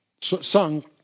sung